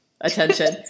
attention